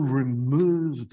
remove